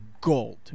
gold